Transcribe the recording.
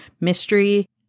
mystery